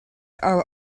are